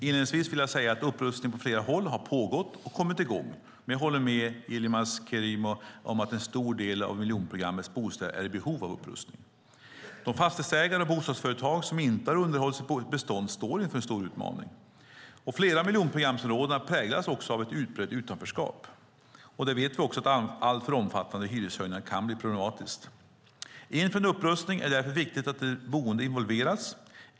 Inledningsvis vill jag säga att upprustningen på flera håll har pågått och kommit i gång, men jag håller med Yilmaz Kerimo om att en stor del av miljonprogrammets bostäder är i behov av upprustning. De fastighetsägare och bostadsföretag som inte har underhållit sitt bestånd står inför en stor utmaning. Flera av miljonprogramsområdena präglas av ett utbrett utanförskap. Vi vet att alltför omfattande hyreshöjningar kan bli problematiskt. Inför en upprustning är det därför viktigt att de boende involveras.